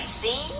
see